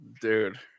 dude